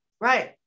Right